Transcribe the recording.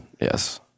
Yes